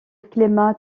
climat